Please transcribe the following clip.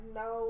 no